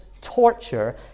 torture